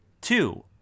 Two